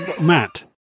Matt